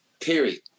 Period